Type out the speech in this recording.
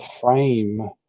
frame